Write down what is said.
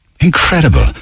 Incredible